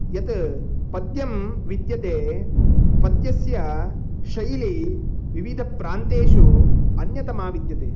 यत् पद्यं विद्यते पद्यस्य शैली विविधप्रान्तेषु अन्यतमा विद्यते